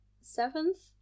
seventh